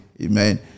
Amen